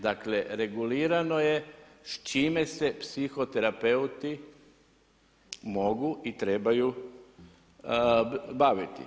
Dakle regulirano je s čime se psihoterapeuti mogu i trebaju baviti.